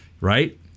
right